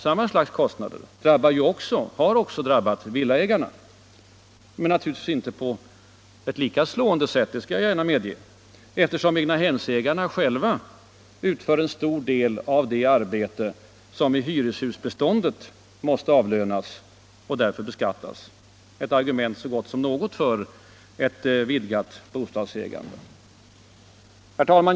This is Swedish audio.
Samma slags kostnader har ju också drabbat villaägarna, men naturligtvis inte på ett lika slående sätt, det skall jag gärna medge, eftersom egnahemsägarna själva utför en stor del av det arbete som i hyreshusbeståndet måste avlönas och därför beskattas — ett argument så gott som något för ett vidgat bostadsägande. Herr talman!